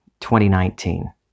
2019